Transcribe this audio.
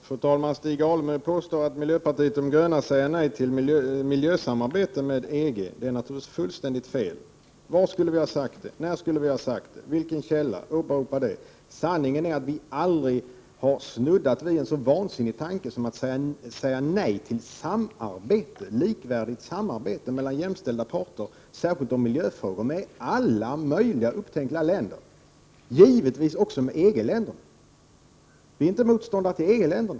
Fru talman! Stig Alemyr påstår att miljöpartiet de gröna säger nej till ett miljösamarbete med EG. Det är naturligtvis fullständigt fel. Var och när skulle vi ha sagt det? Vilken är källan? Sanningen är att vi aldrig har snuddat vid en så vansinnig tanke som att säga nej till samarbete, ett likvärdigt samarbete mellan jämställda parter, särskilt om miljöfrågorna. Det gäller alla upptänkliga länder — givetvis också EG-länderna. Vi är inte motståndare till EG-länderna.